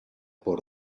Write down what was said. por